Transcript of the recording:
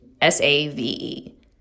S-A-V-E